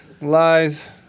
lies